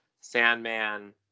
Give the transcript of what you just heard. Sandman